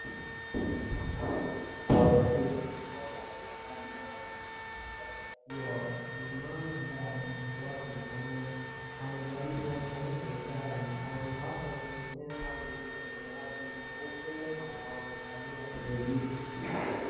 Wameketi, mmoja na mama ambaye ana mtoto wake mkononi. Wanajaribu wanaonyesha ishara ya mkono wapo kwenye hema lililo kwenye rangi nyeupe na wamekalia kwenye viti.